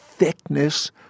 thickness